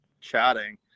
chatting